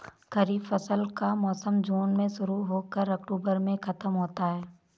खरीफ फसल का मौसम जून में शुरू हो कर अक्टूबर में ख़त्म होता है